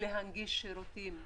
להנגיש שירותים לאנשים.